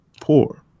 poor